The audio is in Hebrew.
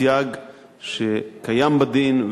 בסייג שקיים בדין,